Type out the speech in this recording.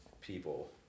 people